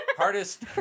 Hardest